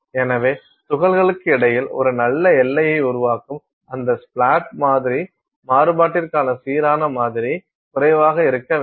எனவே துகள்களுக்கு இடையில் ஒரு நல்ல எல்லையை உருவாக்கும் அந்த ஸ்ப்ளாட் மாதிரி மாறுபாட்டிற்கான சீரான மாதிரி குறைவாக இருக்க வேண்டும்